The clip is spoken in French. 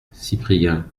cyprien